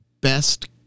best